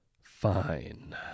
Fine